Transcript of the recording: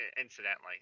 incidentally